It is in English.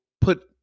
put